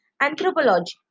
anthropology